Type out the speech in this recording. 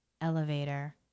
elevator